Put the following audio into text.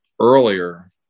earlier